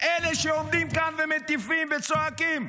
אלה שעומדים כאן ומטיפים וצועקים.